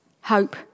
hope